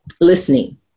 listening